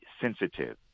sensitive